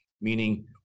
meaning